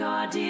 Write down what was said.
God